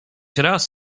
raz